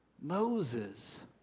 Moses